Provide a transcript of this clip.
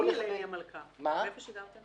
מאיפה שידרתם?